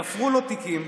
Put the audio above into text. תפרו לו תיקים,